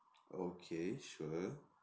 okay sure